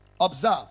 Observe